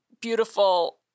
beautiful